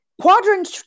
Quadrant